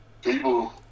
people